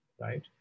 Right